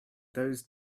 those